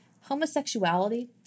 homosexuality